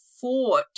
fought